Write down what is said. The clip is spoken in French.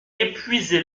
épuisé